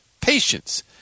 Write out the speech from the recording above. patience